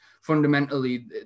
fundamentally